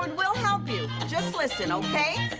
but we'll help you. just listen, okay?